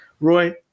Roy